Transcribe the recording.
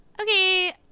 Okay